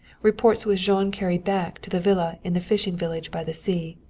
reports which jean carried back to the villa in the fishing village by the sea.